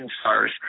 stars